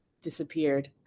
disappeared